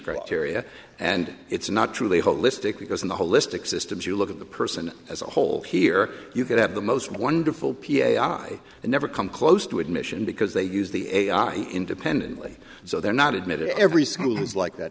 criteria and it's not truly holistic because in the holistic systems you look at the person as a whole here you could have the most wonderful p a s i and never come close to admission because they use the independently so they're not admitted every school is like that